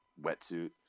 wetsuit